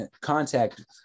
contact